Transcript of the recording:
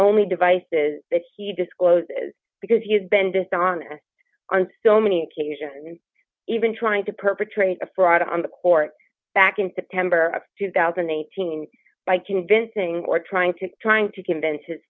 only devices that he discloses because he has been dishonest on still many occasions and even trying to perpetrate a fraud on the court back in september of two thousand and eighteen by convincing or trying to trying to convince his